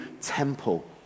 temple